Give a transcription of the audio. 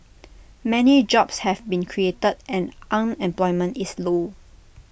many jobs have been created and unemployment is low